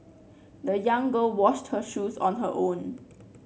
the young girl washed her shoes on her own